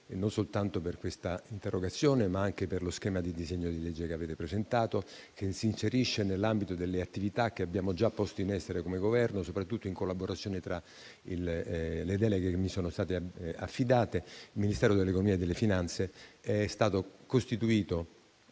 non soltanto per questa interrogazione, ma anche per lo schema di disegno di legge che avete presentato, che si inserisce nell'ambito delle attività che abbiamo già posto in essere come Governo, soprattutto nell'ambito delle deleghe che mi sono state affidate. Al Ministero dell'economia e delle finanze è stato costituito